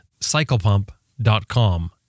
Cyclepump.com